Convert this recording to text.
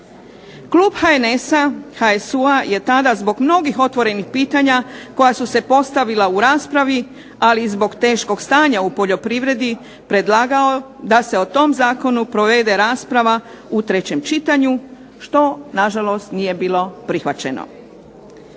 Klub HNS-a, HSU-a je tada zbog mnogih otvorenih pitanja koja su se postavila u raspravi, ali i zbog teškog stanja u poljoprivredi predlagao da se o tom zakonu provede rasprava u trećem čitanju što nažalost nije bilo prihvaćeno.